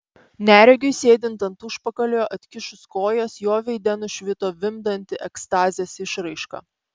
neregiui sėdint ant užpakalio atkišus kojas jo veide nušvito vimdanti ekstazės išraiška